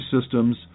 systems